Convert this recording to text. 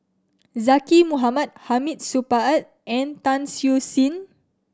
Zaqy Mohamad Hamid Supaat and Tan Siew Sin